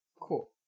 Cool